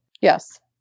Yes